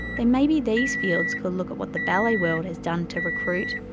then maybe these fields could look at what the ballet world has done to recruit,